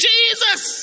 Jesus